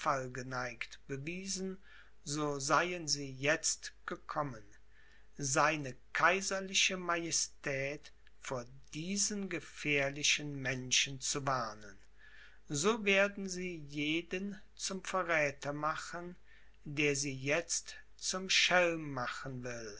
geneigt bewiesen so seien sie jetzt gekommen seine kaiserliche majestät vor diesen gefährlichen menschen zu warnen so werden sie jeden zum verräther machen der sie jetzt zum schelm machen will